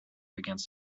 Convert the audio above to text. against